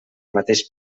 mateix